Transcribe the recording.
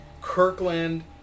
Kirkland